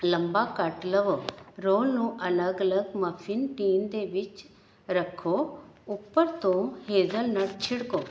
ਲੰਬਾ ਕੱਟ ਲਵੋ ਰੋਲ ਅਲੱਗ ਅਲੱਗ ਮਾਫੀਨ ਟੀਨ ਦੇ ਵਿੱਚ ਰੱਖੋ ਉੱਪਰ ਤੋਂ ਹੇਜ਼ਲਨਟ ਛਿੜਕੋ